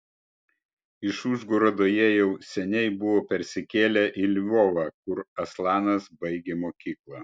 iš užgorodo jie jau seniai buvo persikėlę į lvovą kur aslanas baigė mokyklą